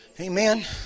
Amen